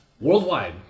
Worldwide